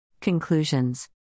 Conclusions